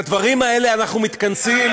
לדברים האלה אנחנו מתכנסים.